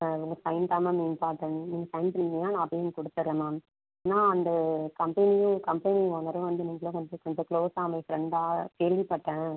உங்கள் சைன் தான் ma'am important நீங்கள் சைன் பண்ணிங்கன்னா நான் போய் கொடுத்துறேன் மேம் ஆனால் அந்த கம்பெனியும் கம்பெனி ஓனரும் வந்து நீங்களும் வந்து கொஞ்சம் க்ளோஸ்ஸாமே ஃப்ரெண்டா கேள்விப்பட்டேன்